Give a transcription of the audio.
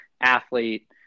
athlete